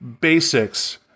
basics